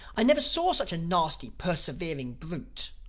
i never saw such a nasty, persevering brute.